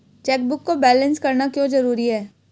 Chequebook को balance करना क्यों जरूरी है?